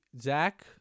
Zach